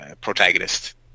protagonist